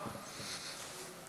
תודה רבה.